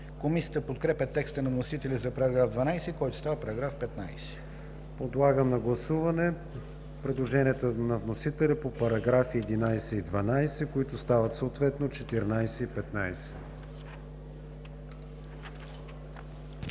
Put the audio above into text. Комисията подкрепя текста на вносителя за § 16, който става § 19. Подлагам на гласуване предложенията на вносителя по параграфи 15 и 16, които стават съответно 18 и 19.